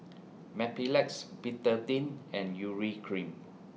Mepilex Betadine and Urea Cream